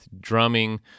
drumming